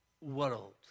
world